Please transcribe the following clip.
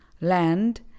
land